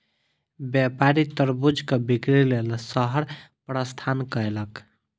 व्यापारी तरबूजक बिक्री लेल शहर प्रस्थान कयलक